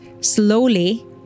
slowly